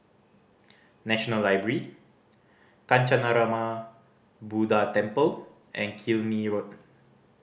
National Library Kancanarama Buddha Temple and Killiney Road